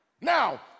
Now